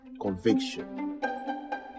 Conviction